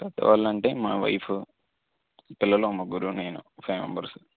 పెద్దవాళ్ళంటే మా వైఫు పిల్లలు ముగ్గురు నేను ఫైవ్ మెంబెర్స్